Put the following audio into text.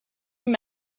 free